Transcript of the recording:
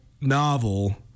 novel